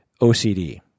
OCD